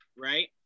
right